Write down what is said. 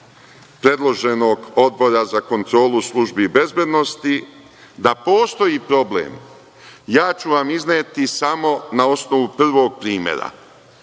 predloženog Odbora za kontrolu službi bezbednosti da postoji problem ja ću vam izneti samo na osnovu prvog primera,